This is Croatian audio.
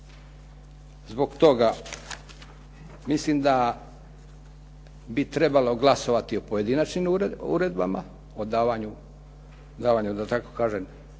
Zbog toga mislim da bi trebalo glasovati o pojedinačnim uredbama, o davanju da tako kažem